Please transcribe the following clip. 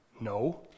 No